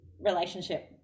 relationship